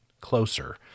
closer